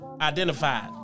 identified